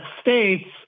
states